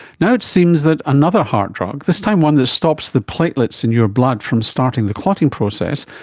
now it seems that another heart drug, this time one that stops the platelets in your blood from starting the clotting process,